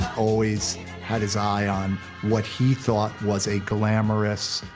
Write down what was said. always had his eye on what he thought was a glamorous,